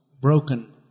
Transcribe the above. broken